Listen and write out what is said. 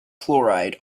chloride